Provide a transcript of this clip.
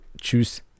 choose